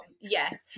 yes